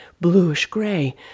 bluish-gray